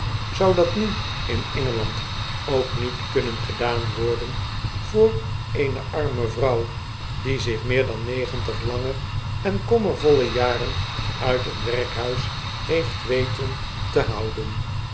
zou dat in engeland ook niet kunnen gedaan worden voor eene arme vrouw die zich meer dan negentig lange en kommervolle jaren uit een werkhuis heeft weten te houden